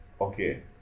okay